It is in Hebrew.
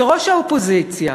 כראש האופוזיציה,